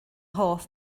hoff